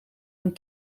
een